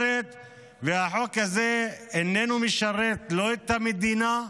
והחוק הזה איננו משרת לא את המדינה,